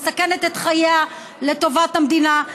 מסכנת את חייה לטובת המדינה,